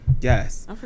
Yes